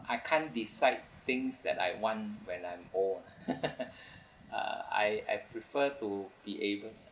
I can't decide things that I want when I'm old uh I I prefer to be able